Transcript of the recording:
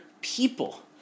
people